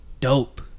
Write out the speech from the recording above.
dope